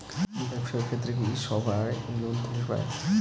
ব্যবসার ক্ষেত্রে কি সবায় লোন তুলির পায়?